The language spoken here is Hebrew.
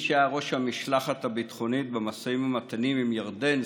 שהיה ראש המשלחת הביטחונית במשאים ומתנים עם ירדן,